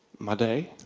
my day?